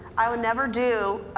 i would never do,